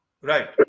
Right